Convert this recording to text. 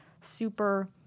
super